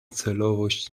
celowość